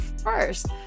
first